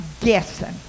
guessing